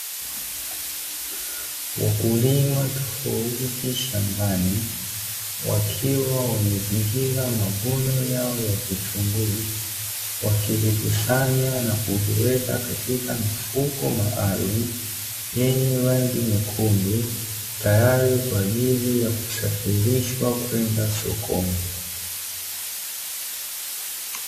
Wakulima tofauti shambani wakiwa wamezingira mavuno yao ya vitunguu, wakivikusanya na kuviweka katika mifuko maalumu yenye rangi nyekundu, tayari kwa ajili ya kusafirishwa kwenda sokoni.